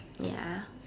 ya